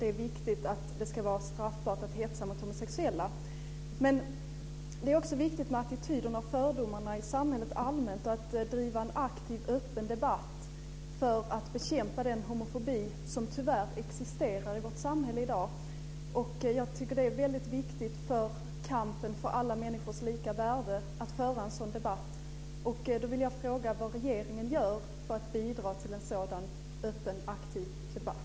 Det är viktigt att det ska vara straffbart att hetsa mot homosexuella. Men det är också viktigt med attityderna och fördomarna i samhället i allmänhet. Det gäller att driva en aktiv och öppen debatt för att bekämpa den homofobi som tyvärr existerar i vårt samhälle i dag. Det är väldigt viktigt för kampen för alla människors lika värde att föra en sådan debatt. Då vill jag fråga vad regeringen gör att för bidra till en sådan öppen och aktiv debatt.